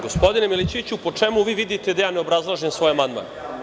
Gospodine Milićeviću, po čemu vi vidite da ja ne obrazlažem svoj amandman?